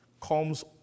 comes